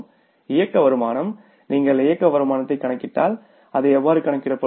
operating income நீங்கள் இயக்க வருமானத்தை கணக்கிட்டால் அது எவ்வாறு கணக்கிடப்படும்